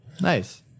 Nice